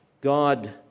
God